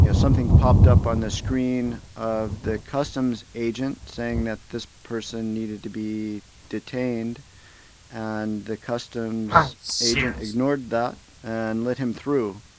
you know something popped up on the screen of the customs agent saying that this person needed to be detained and the customs agent ignored that and let him through.